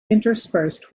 interspersed